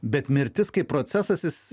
bet mirtis kaip procesas jis